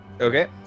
Okay